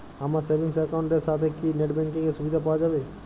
আমার savings account এর সাথে কি নেটব্যাঙ্কিং এর সুবিধা পাওয়া যাবে?